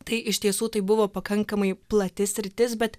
tai iš tiesų tai buvo pakankamai plati sritis bet